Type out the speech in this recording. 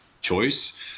choice